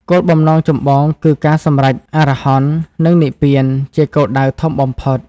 គោលបំណងចម្បងគឺការសម្រេច អរហន្ត និង និព្វាន ជាគោលដៅធំបំផុត។